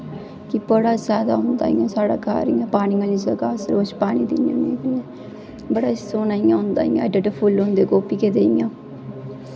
कि बड़ा जैदा होंदा साढ़ै घर इ'यां पानी आह्ली जगह च उस च रोज पानी दिन्ने होन्ने इ'यां बड़ा सोह्ना होंदा इ'यां एड्डे एड्डे फुल्ल होंदे गोबियै दे इ'यां